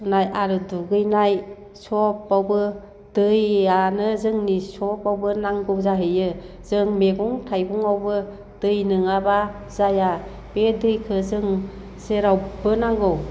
आरो दुगैनाय सबावबो दैआनो जोंनि सबावबो नांगौ जाहैयो जों मैगं थाइगंआवबो दै नोङाब्ला जाया बे दैखो जों जेरावबो नांगौ